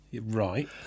Right